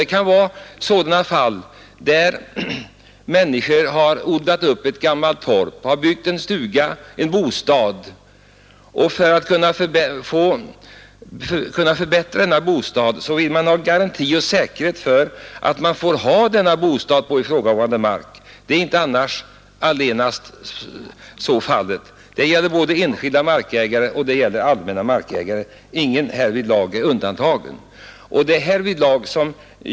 Det kan vara sådana fall där människor har odlat upp ett gammalt torp och byggt en bostad. För att kunna förbättra denna bostad vill man ha garanti för att man får ha bostaden kvar på ifrågavarande mark. Det gäller både enskilda markägare och allmänna markägare — ingen är härvidlag undantagen.